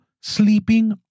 sleeping